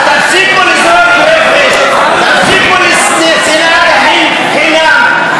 אז תפסיקו לזרוק רפש, תפסיקו עם שנאת אחים חינם.